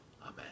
Amen